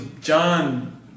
John